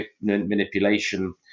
manipulation